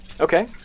Okay